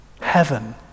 heaven